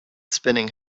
spinning